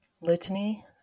Litany